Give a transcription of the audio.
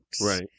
Right